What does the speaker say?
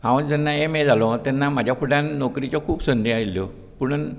हांव जेन्ना M A जालो तेन्ना म्हाज्या फुड्यान नोकरीची खूब संदी आयल्ल्यो पुणून